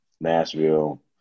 Nashville